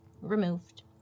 removed